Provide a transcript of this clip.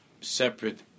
separate